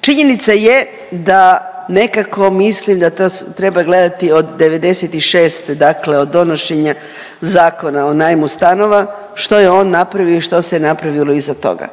Činjenica je da nekako mislim da to treba gledati od '96., dakle od donošenja Zakona o najmu stanova, što je on napravio i što se je napravilo iza toga.